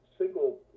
single